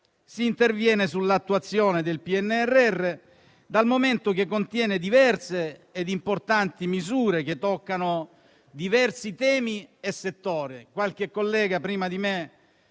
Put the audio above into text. si interviene sull'attuazione del PNRR, dal momento che contiene diverse e importanti misure, che toccano svariati temi e settori. Qualche collega prima di me